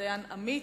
(דיין עמית),